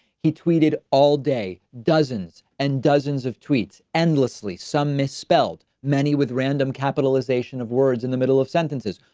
he tweeted all day, dozens and dozens of tweets, endlessly, some misspelled, many with random capitalization of words in the middle of sentences,